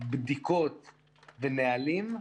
בדיקות ונהלים,